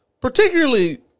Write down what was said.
Particularly